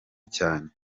cyane